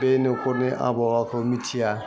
बे नख'रनि आबहावाखौ मिथिया